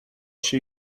się